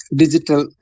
digital